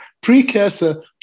precursor